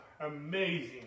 amazing